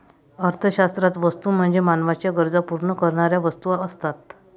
अर्थशास्त्रात वस्तू म्हणजे मानवाच्या गरजा पूर्ण करणाऱ्या वस्तू असतात